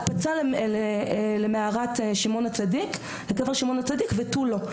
הקפצה למערת קבר שמעון הצדיק ותו לא.